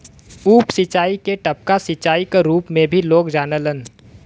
उप सिंचाई के टपका सिंचाई क रूप में भी लोग जानलन